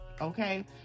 okay